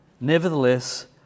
Nevertheless